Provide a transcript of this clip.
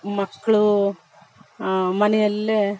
ಮಕ್ಕಳು ಮನೆಯಲ್ಲೇ